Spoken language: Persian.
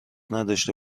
نداشته